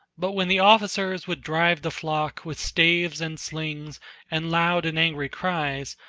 but when the officers would drive the flock with staves and slings and loud and angry cries,